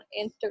Instagram